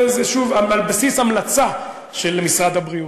זה שוב על בסיס המלצה של משרד הבריאות,